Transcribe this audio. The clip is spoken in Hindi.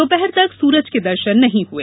दोपहर तक सूरज के दर्शन नहीं हुए